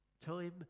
Time